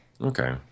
Okay